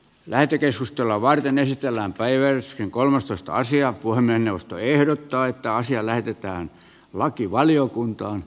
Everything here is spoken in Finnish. lähetekeskustelua varten esitellään päiväys kolmastoista sija puranen puhemiesneuvosto ehdottaa että asia lähetetään lakivaliokuntaan